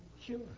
Sure